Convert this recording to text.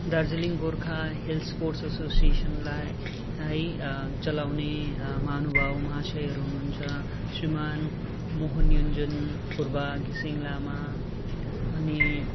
Darjeeling Gorkha hills sports एसोसिएसनलाई यी चलाउने महानुभाव महाशयहरू हुनु हुन्छ श्रीमान् मोहन योन्जन फुर्बा घिसिङ लामा अनि